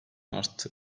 arttı